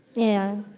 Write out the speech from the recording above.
yeah,